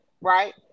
right